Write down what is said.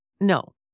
No